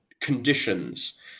conditions